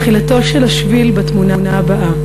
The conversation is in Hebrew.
תחילתו של השביל בתמונה הבאה,